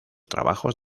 trabajos